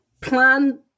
plan